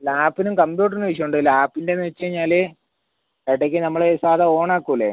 ലാപ്പിനും കമ്പ്യൂട്ടറിനും ഇഷ്യൂ ഉണ്ട് ലാപ്പിൻ്റെയെന്ന് വെച്ചു കഴിഞ്ഞാൽ ഇടയ്ക്ക് നമ്മൾ സാധാരണ ഓണാക്കില്ലേ